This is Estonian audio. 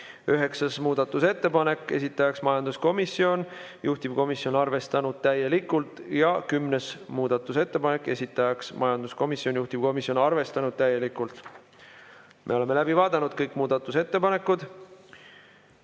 Üheksas muudatusettepanek, esitajaks majanduskomisjon, juhtivkomisjon on arvestanud täielikult. Kümnes muudatusettepanek, esitajaks majanduskomisjon, juhtivkomisjon on arvestanud täielikult. Me oleme läbi vaadanud kõik muudatusettepanekud. Majanduskomisjon